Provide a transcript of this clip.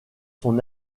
son